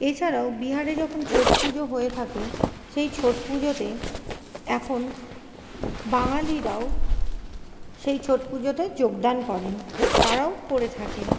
এছাড়াও বিহারে যখন ছট পুজো হয়ে থাকে সেই ছট পুজোতে এখন বাঙালিরাও সেই ছট পুজোতে যোগদান করেন তারাও করে থাকেন